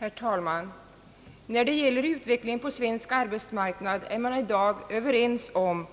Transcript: Herr talman! När det gäller utvecklingen på svensk arbetsmarknad är man nu överens om